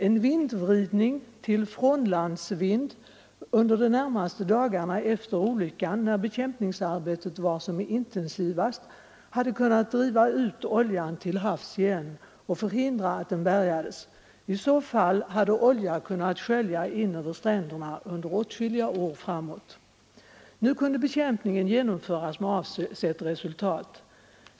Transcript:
En vindvridning till frånlandsvind under de närmaste dagarna efter olyckan, när bekämpningsarbetet var som intensivast, hade kunnat sprida ut oljan till havs igen och förhindra att den bärgades. I så fall hade olja kunnat skölja in över stränderna under åtskilliga år framåt. Nu kunde bekämpningen genomföras med avsett resultat.